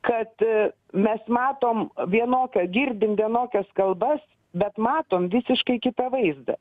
kad mes matom vienokio girdim vienokias kalbas bet matom visiškai kitą vaizdą